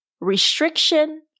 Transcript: Restriction